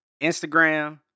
Instagram